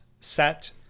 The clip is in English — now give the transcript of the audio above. set